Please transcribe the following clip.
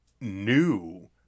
new